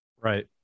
right